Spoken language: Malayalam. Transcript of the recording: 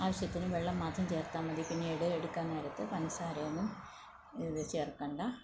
ആവശ്യത്തിന് വെള്ളം മാത്രം ചേർത്താൽ മതി പിന്നീട് എടുക്കുന്ന നേരത്ത് പഞ്ചസാരയൊന്നും ഇത് ചേർക്കേണ്ട